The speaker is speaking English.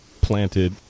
planted